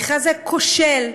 המכרז הכושל,